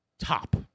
top